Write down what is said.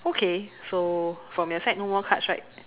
okay so from your side no more cards right